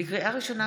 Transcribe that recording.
לקריאה ראשונה,